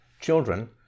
children